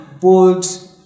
bold